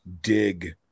dig